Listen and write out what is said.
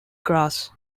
gras